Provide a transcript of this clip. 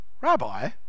Rabbi